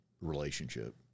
relationship